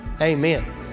Amen